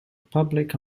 public